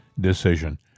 decision